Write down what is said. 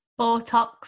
Botox